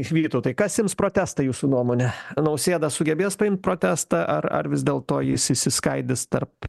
vytautai kas ims protestą jūsų nuomone nausėda sugebės paimt protestą ar ar vis dėlto jis išsiskaidys tarp